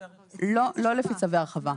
לא, לא לפי צווי הרחבה.